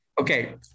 Okay